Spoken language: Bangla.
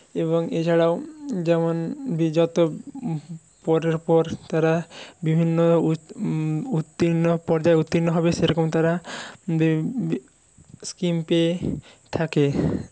এবং এছাড়াও যেমন যত পরের পর তারা বিভিন্ন উত্তীর্ণ পর্যায় উত্তীর্ণ হবে সেরকম তারা স্কিম পেয়ে থাকে